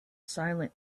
silent